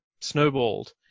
snowballed